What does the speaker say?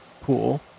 pool